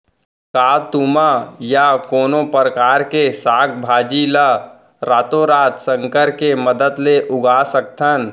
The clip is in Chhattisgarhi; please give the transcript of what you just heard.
का तुमा या कोनो परकार के साग भाजी ला रातोरात संकर के मदद ले उगा सकथन?